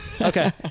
Okay